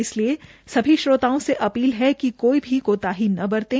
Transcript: इसलिए सभी श्रोताओं से अपील है कि कोई भी कोताही न बरतें